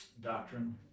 doctrine